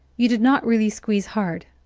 you did not really squeeze hard,